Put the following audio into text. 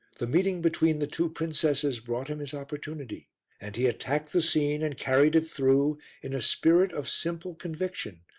the meeting between the two princesses brought him his opportunity and he attacked the scene and carried it through in a spirit of simple conviction,